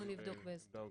נבדוק את זה.